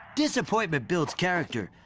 disappointment builds character.